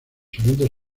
siguientes